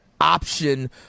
option